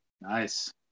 nice